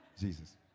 Jesus